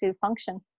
function